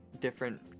different